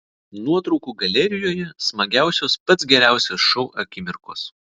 nuotraukų galerijoje smagiausios pats geriausias šou akimirkos